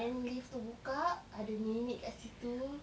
then lift tu buka ada nenek dekat situ